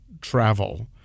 travel